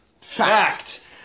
Fact